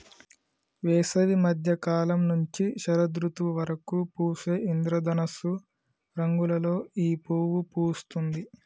వేసవి మద్య కాలం నుంచి శరదృతువు వరకు పూసే ఇంద్రధనస్సు రంగులలో ఈ పువ్వు పూస్తుంది